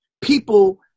people